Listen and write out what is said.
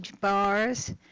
bars